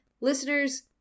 listeners